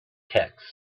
texts